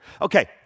Okay